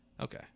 okay